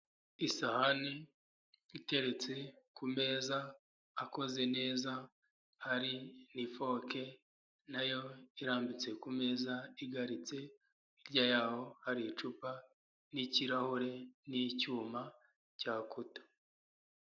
Isahani iteretse kumezaeza akoze neza, hari n'ifoke nayo irambitse kumeza igaritse, hirya yaho hari icupa n'ikirahure, n'icyuma cya kuto.